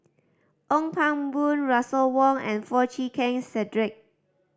Ong Pang Boon Russel Wong and Foo Chee Keng Cedric